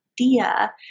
idea